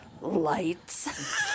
lights